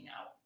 out